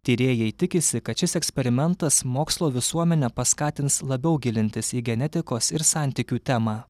tyrėjai tikisi kad šis eksperimentas mokslo visuomenę paskatins labiau gilintis į genetikos ir santykių temą